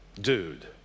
dude